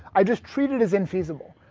i just treated as infeasible.